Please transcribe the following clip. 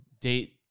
date